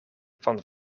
van